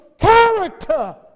character